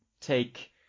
take